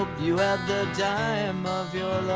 ah you had the time of your